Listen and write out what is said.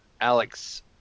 Alex